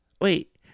Wait